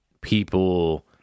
people